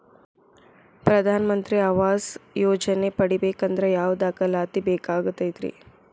ಪ್ರಧಾನ ಮಂತ್ರಿ ಆವಾಸ್ ಯೋಜನೆ ಪಡಿಬೇಕಂದ್ರ ಯಾವ ದಾಖಲಾತಿ ಬೇಕಾಗತೈತ್ರಿ?